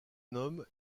nomme